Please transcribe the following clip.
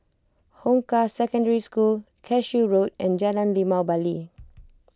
Hong Kah Secondary School Cashew Road and Jalan Limau Bali